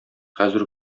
хәзер